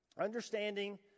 understanding